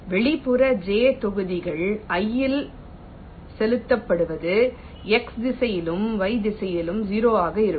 வெளிப்புற j தொகுதிகள் i இல் செலுத்தப்படுவது x திசையிலும் y திசையிலும் 0 ஆக இருக்கும்